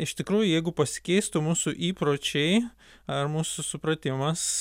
iš tikrųjų jeigu pasikeistų mūsų įpročiai ar mūsų supratimas